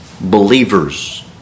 Believers